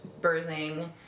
birthing